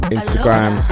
Instagram